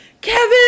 Kevin